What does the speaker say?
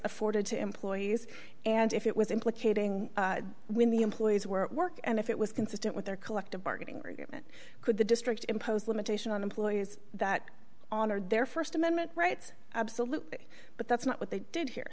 afforded to employees and if it was implicating when the employees were work and if it was consistent with their collective bargaining agreement could the district impose limitation on employees that honored their st amendment rights absolutely but that's not what they did here